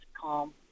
calm